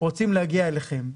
רוצים להגיע אליכם.